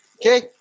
Okay